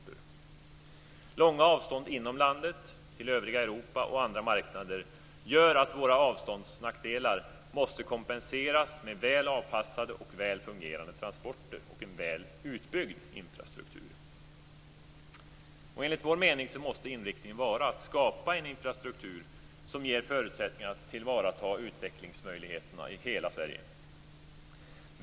Nackdelar i form av långa avstånd inom landet, till övriga Europa och till andra marknader måste kompenseras med väl avpassade och väl fungerande transporter och en väl utbyggd infrastruktur. Enligt vår mening måste inriktningen vara att skapa en infrastruktur som ger förutsättningar att tillvarata utvecklingsmöjligheterna i hela Sverige.